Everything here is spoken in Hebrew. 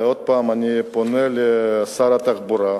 אני עוד פעם פונה לשר התחבורה,